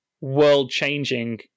world-changing